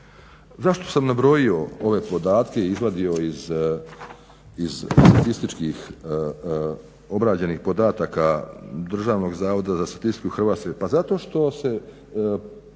Zašto sam nabrojio ove podatke i izvadio iz statističkih obrađenih podataka Državnog zavoda za statistiku Hrvatske?